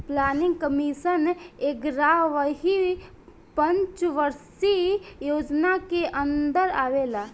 planning commission एग्यारहवी पंचवर्षीय योजना के अन्दर आवेला